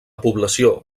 població